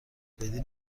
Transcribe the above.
بدی